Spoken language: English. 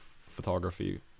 photography